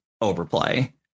overplay